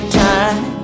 time